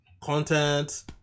content